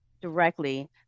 directly